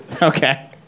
Okay